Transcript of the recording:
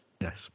Yes